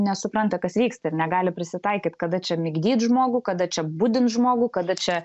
nesupranta kas vyksta ir negali prisitaikyt kada čia migdyt žmogų kada čia budint žmogų kada čia